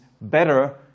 better